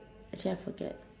actually I forget